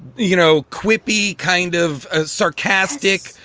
you know, quippy, kind of ah sarcastic,